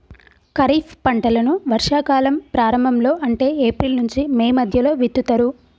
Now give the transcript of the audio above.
ఖరీఫ్ పంటలను వర్షా కాలం ప్రారంభం లో అంటే ఏప్రిల్ నుంచి మే మధ్యలో విత్తుతరు